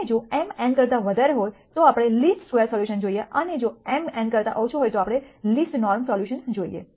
અને જો m n કરતા વધારે હોય તો આપણે લિસ્ટ સ્ક્વેર સોલ્યુશન જોઈએ અને જો m n કરતા ઓછો હોય તો આપણે લિસ્ટ નોર્મ સોલ્યુશન જોઈએ